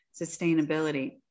sustainability